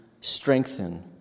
strengthen